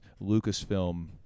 Lucasfilm